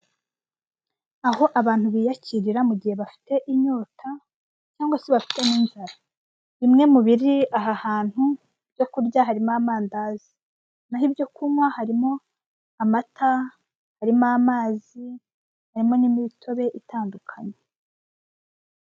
Aho abantu biyakirira mu gihe bafite inyota cyangwa se bafite n'inzara. Bimwe mu biri aha hantu byo kurya harimo amandazi naho ibyo kunywa harimo amata, harimo amazi, harimo n'imitobe itandukanye.